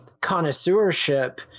connoisseurship